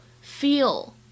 feel